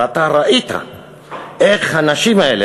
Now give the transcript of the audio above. ואתה ראית איך הנשים האלה,